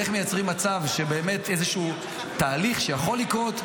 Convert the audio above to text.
ואיך מייצרים מצב שבאמת איזשהו תהליך שיכול לקרות,